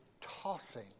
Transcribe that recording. tossing